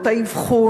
לא את האבחון,